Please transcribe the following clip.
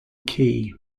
key